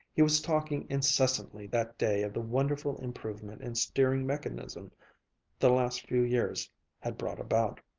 he was talking incessantly that day of the wonderful improvement in steering mechanism the last few years had brought about.